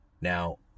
Now